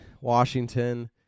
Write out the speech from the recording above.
Washington